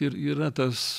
ir yra tas